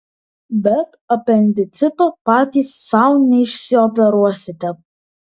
bet apendicito patys sau neišsioperuosite